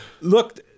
Look